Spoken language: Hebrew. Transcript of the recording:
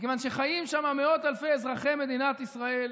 כיוון שחיים שם מאות אלפי אזרחי מדינת ישראל,